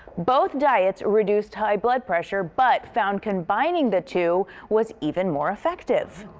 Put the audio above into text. both diets reduced high blood pressure but found combining the two was even more effective.